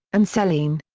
and selene.